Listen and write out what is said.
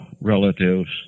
relatives